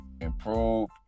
improve